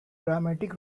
dramatic